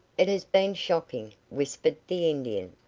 it has been shocking, whispered the indian.